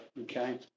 okay